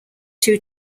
two